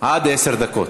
עד עשר דקות.